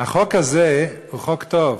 החוק הזה הוא חוק טוב,